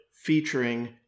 featuring